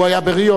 הוא היה בריו,